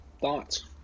thoughts